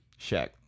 Shaq